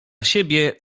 siebie